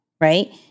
right